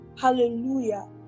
hallelujah